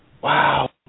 Wow